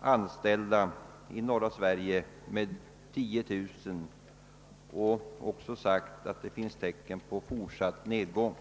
anställda i norra Sverige med 10 000 och att det finns tecken på fortsatt nedgång.